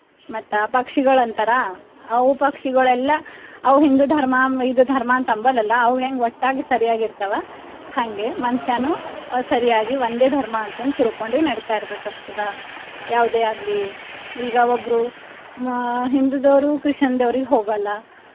ಮತ್ತು ಪಕ್ಷಿಗಳು ಅಂತಾರ ಅವು ಪಕ್ಷಿಗಳೆಲ್ಲಾ ಅವು ಹಿಂದೂ ಧರ್ಮ ಇದು ಧರ್ಮ ಅಂತ ಅಂಬಲಲ್ಲ ಅವು ಹೆಂಗೆ ಒಟ್ಟಾಗಿ ಸರಿಯಾಗಿರ್ತವ ಹಂಗೆ ಮನುಷ್ಯಾನು ಸರಿಯಾಗಿ ಒಂದೇ ಧರ್ಮ ಅಂತಂದು ತಿಳ್ಕೊಂಡು ನಡೀತಾ ಇರಬೇಕಾಗ್ತದ ಯಾವುದೇ ಆಗಲಿ ಈಗ ಒಬ್ಬರು ಮ ಹಿಂದುದದವರು ಕ್ರಿಶ್ಚನ್ ದೇವ್ರಿಗೆ ಹೋಗಲ್ಲ